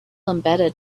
embedded